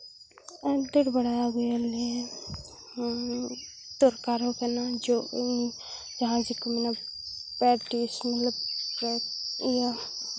ᱟᱨ ᱫᱟᱹᱲ ᱵᱟᱲᱟ ᱟᱹᱜᱩᱭᱟᱞᱮ ᱢᱟᱱᱮ ᱫᱚᱨᱠᱟᱨ ᱦᱚᱸ ᱠᱟᱱᱟ ᱡᱚ ᱤᱧ ᱡᱟᱦᱟᱸ ᱪᱤᱠᱟᱹ ᱢᱮᱱᱟ ᱯᱮᱠᱴᱤᱥ ᱢᱚᱛᱞᱚᱵ ᱤᱭᱟᱹ